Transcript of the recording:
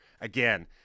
again